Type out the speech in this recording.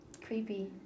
creepy